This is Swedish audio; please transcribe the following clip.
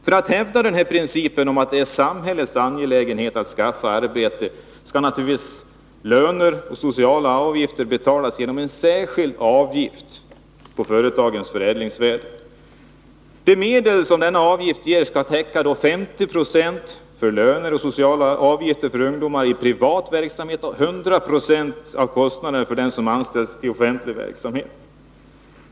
För att hävda principen att det är samhällets angelägenhet att skaffa ungdomarna arbete, skall löner och sociala avgifter betalas genom en särskild avgift på företagens förädlingsvärde. De medel som denna avgift ger skall täcka 50 20 av kostnaderna för löner och sociala avgifter för de ungdomar som anställs i privat verksamhet och 100 96 av kostnaderna för dem som anställs i offentlig verksamhet.